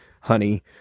honey